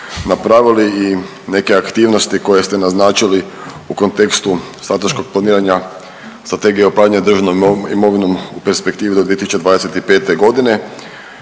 napravili i neke aktivnosti koje ste naznačili u kontekstu strateškog planiranja Strategije upravljanja državnom imovinom u perspektivi do 2025. godine,